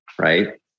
right